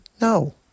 No